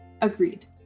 agreed